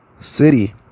city